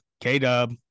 K-Dub